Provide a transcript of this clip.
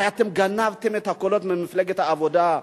הרי אתם גנבתם את הקולות ממפלגת העבודה,